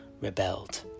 rebelled